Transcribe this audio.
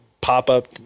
pop-up